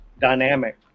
dynamic